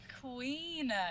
Queen